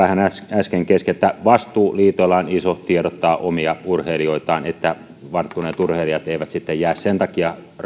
äsken vähän kesken että liitoilla on iso vastuu tiedottaa omia urheilijoitaan että varttuneet urheilijat eivät sitten jää sen takia